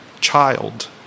child